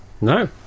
No